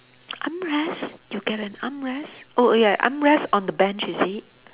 armrest you get an armrest oh ya armrest on the bench is it